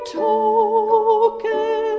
token